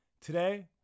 Today